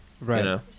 Right